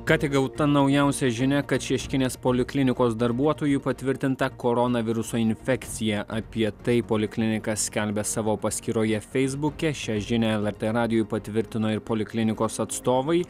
ką tik gauta naujausia žinia kad šeškinės poliklinikos darbuotojui patvirtinta koronaviruso infekcija apie tai poliklinika skelbia savo paskyroje feisbuke šią žinią lrt radijui patvirtino ir poliklinikos atstovai